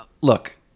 Look